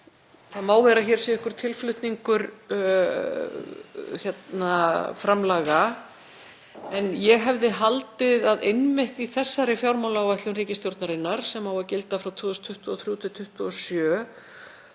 Það má vera að hér sé einhver tilflutningur framlaga en ég hefði haldið að einmitt í þessari fjármálaáætlun ríkisstjórnarinnar, sem á að gilda frá 2023–2027,